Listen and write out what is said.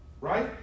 Right